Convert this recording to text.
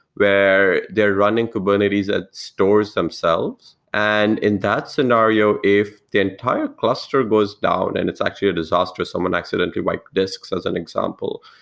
where they're running kubernetes and stores themselves, and in that scenario if the entire cluster goes down, and it's actually a disaster, someone accidentally wipe discs as an example,